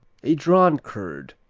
a drawn curd,